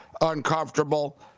uncomfortable